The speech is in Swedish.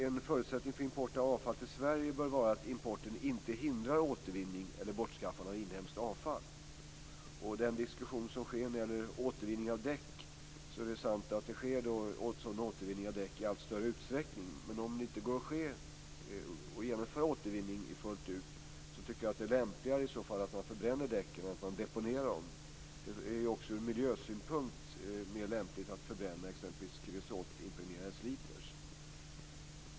En förutsättning för import av avfall till Sverige bör vara att importen inte hindrar återvinning eller bortskaffande av inhemskt avfall. När det gäller diskussionen om återvinning av däck är det sant att sådan återvinning sker i allt större utsträckning. Men om det inte går att genomföra återvinning fullt ut tycker jag att det är lämpligare att förbränna däcken än att deponera dem. Också från miljösynpunkt är det mer lämpligt att förbränna exempelvis kreosotimpregnerade sliprar.